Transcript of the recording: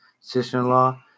sister-in-law